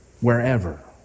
wherever